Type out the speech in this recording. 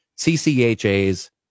ccha's